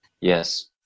Yes